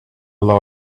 law